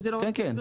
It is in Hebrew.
זה לא רק פרסום.